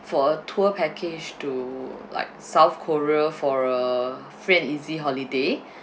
for a tour package to like south korea for a free and easy holiday